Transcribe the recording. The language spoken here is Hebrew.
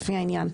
לפי העניין,